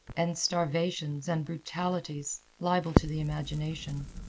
and starvations and brutalities, liable to the imagination.